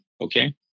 okay